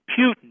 Putin